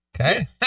Okay